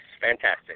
Fantastic